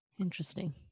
Interesting